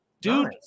Dude